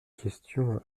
question